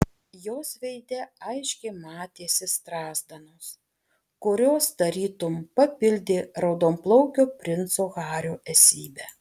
jos veide aiškiai matėsi strazdanos kurios tarytum papildė raudonplaukio princo hario esybę